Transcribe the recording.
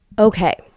Okay